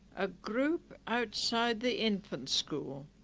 a group outside the infant school